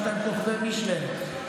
יש להם כוכבי מישלן.